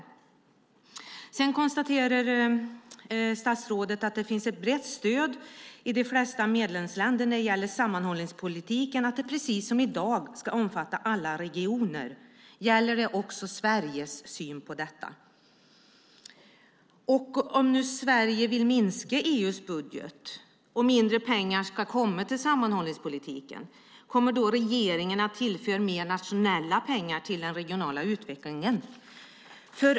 Statsrådet konstaterar att det finns ett brett stöd i de flesta medlemsländerna när det gäller sammanhållningspolitiken och att den, precis som i dag, ska omfatta alla regioner. Gäller det också Sveriges syn på detta? Om nu Sverige vill minska EU:s budget och mindre pengar ska komma till sammanhållningspolitiken kommer regeringen då att tillföra mer nationella pengar till den regionala utvecklingen?